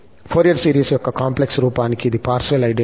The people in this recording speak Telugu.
ఫోరియర్ సిరీస్ యొక్క కాంప్లెక్స్ రూపానికి ఇది పార్సివల్ ఐడెంటిటీ